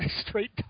straight